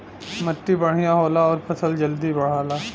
मट्टी बढ़िया होला आउर फसल जल्दी बढ़ला